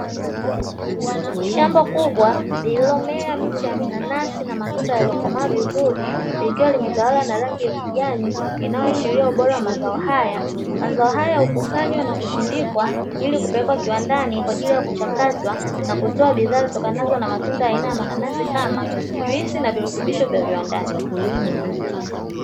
Shamba kubwa lililomea miche ya minanasi na matunda yaliyokomaa vizuri likiwa limetawala na rangi ya kijani inayoashiria ubora wa mazao haya, mazao haya hukusanywa na kusindikwa ili kupelekwa kiwandani kwa ajili ya kuchakatwa na kutoa bidhaa zinazotokana na matunda aina ya mananasi, kama juisi na virutubisho vya viwandani.